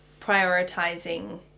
prioritizing